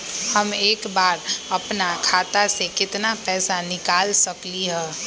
हम एक बार में अपना खाता से केतना पैसा निकाल सकली ह?